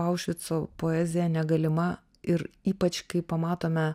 aušvico poezija negalima ir ypač kai pamatome